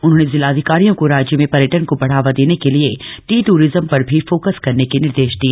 उन्होंने जिलाधिकारियों को राज्य में पर्यटन को बढ़ावा देने के लिए टी टूरिज्म पर भी फोकस करने के निर्देश दिए